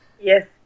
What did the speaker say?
Yes